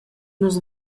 nus